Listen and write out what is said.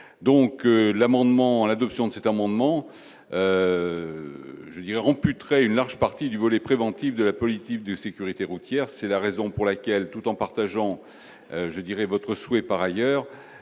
l'adoption de cet amendement, je dirais très une large partie du volet préventif de la politique de sécurité routière, c'est la raison pour laquelle tout en partageant je dirais votre souhait par ailleurs